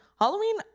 halloween